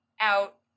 out